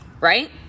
Right